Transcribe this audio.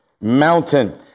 mountain